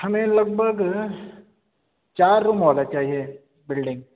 ہمیں لگ بھگ چار روم والا چاہیے بلڈنگ